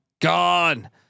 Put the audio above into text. gone